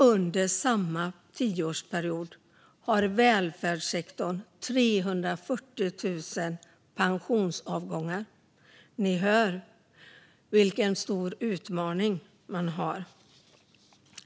Under samma tioårsperiod har välfärdssektorn 340 000 pensionsavgångar - ni hör vilken stor utmaning vi har.